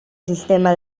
sistema